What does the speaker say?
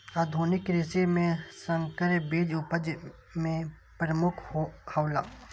आधुनिक कृषि में संकर बीज उपज में प्रमुख हौला